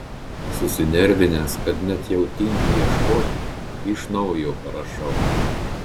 susinervinęs kad net jau tingiu ieškoti iš naujo parašau